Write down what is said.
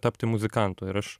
tapti muzikantu ir aš